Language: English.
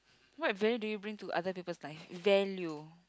what value do you bring to other people's lives value